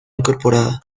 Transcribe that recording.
incorporada